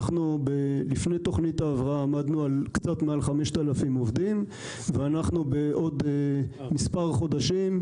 לפני תוכנית ההבראה עמדנו על קצת מעל 5,000 עובדים ובעוד מספר חודשים,